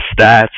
stats